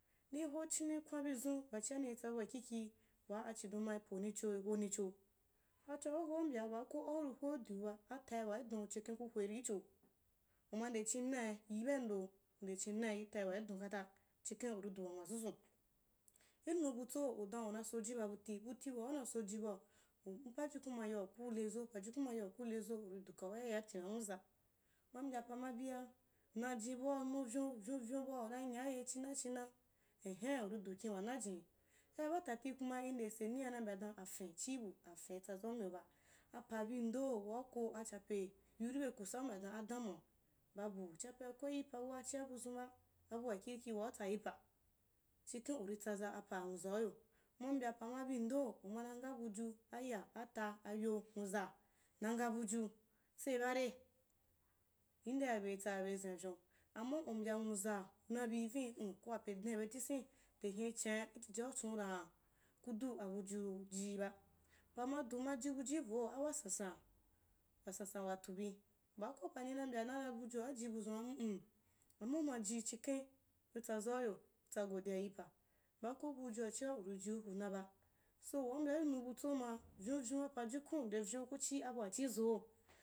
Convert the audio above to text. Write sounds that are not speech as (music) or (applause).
Ni hochinni kwanbi zun wachi a nitsu bua kiki waa a chidon ma panicho honicho, acho hohaa u mbya baa ko auri hoi diuba baa ko auri hoi diuba, atai wai don chi khen ku hoiri cho, uma nde chimu nai yi bai ndo nde chin nai yi atai wai don kata chikhen uri du wa nwazuzu inu butso’u udaa sojiba but buti waa una sojibau (unintelligible) pajuku mayau kulezo pajukan maya ukele zo uri nwuzan uma mbya oa ma bia, najin bau mbya pa ma bia, njin au nuvyon vyonyon bau una nyaye china china, ehen uri? Du kinwana jinni, ai batata kuma inde seniya ina mbya dan afen chii bu, afen itsazamiyo ba, apa bi ndo waa uko a chape yiu ibe kusa u mbya anra adamuwa, babu, chaprse ko yi o awa chia buzunba, abua kirki wa utsayia, xhikhen uri wa tsaza aoa nwuzau yoi uma ngha buju ma bind umana ngha buju, aya ata ayo nwuza nna nghu buju tsei bare, indea bertsa bei zenvyon amma u mbya nwuza na ni bini uko ape gbana’a be tisini re hin chani ijijia uchan’u raa kudu abuju ji-ba, pama du maji bujuivo awwasansan, wasansan watu bi, baako paani ma mbyanan abujuaji buzunba mm, amma umaji chukhen kutsazauyo, tsa godiya yipa, baa ko buya chia inu butso ma vyonvyon ba pajukun ndenyon kuchi abua chizo.